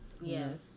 Yes